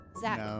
Zach